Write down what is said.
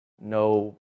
no